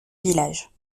village